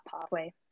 pathway